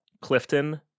Clifton